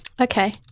Okay